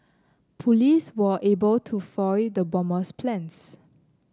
police were able to foil the bomber's plans